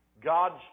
God's